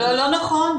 לא נכון.